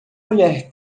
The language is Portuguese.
mulher